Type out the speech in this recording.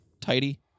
tidy